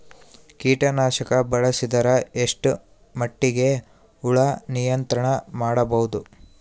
ಕೀಟನಾಶಕ ಬಳಸಿದರ ಎಷ್ಟ ಮಟ್ಟಿಗೆ ಹುಳ ನಿಯಂತ್ರಣ ಮಾಡಬಹುದು?